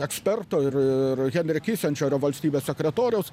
eksperto ir henri kisendžerio valstybės sekretoriaus